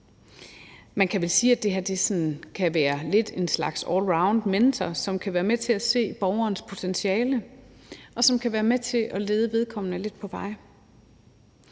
Man kan vel sige, at det her sådan kan være en slags allroundmentor, som kan være med til at se borgerens potentiale, og som kan være med til at lede vedkommende lidt på vej.